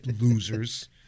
losers